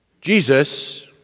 Jesus